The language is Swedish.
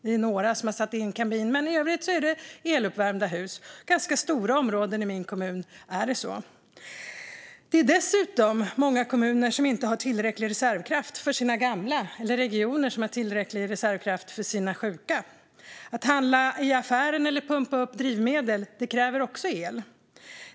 Vi är några som har satt in kamin, men i övrigt är det eluppvärmda hus. I ganska stora områden i min kommun är det så. Det är dessutom många kommuner som inte har tillräcklig reservkraft för sina gamla och många regioner som inte har tillräcklig reservkraft för sina sjuka. Att handla i affären eller pumpa upp drivmedel kräver också el.